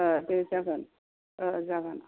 ओ दे जागोन ओ जागोन